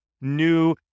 new